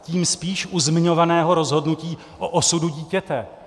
Tím spíše u zmiňovaného rozhodnutí o osudu dítěte.